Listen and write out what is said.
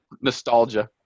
Nostalgia